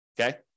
okay